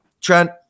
Trent